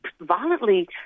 violently